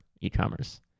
e-commerce